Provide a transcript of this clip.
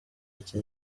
ati